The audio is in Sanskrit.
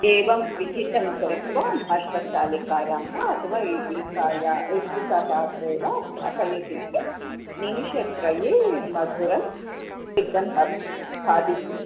एवं पिहितं कृत्वा बाष्पस्थालिकायां वा अथवा इड्लिकायाः इड्लिकापात्रे वा स्थापयति चेत् निमेषत्रये मधुरं सिद्धं भवति खादितुम्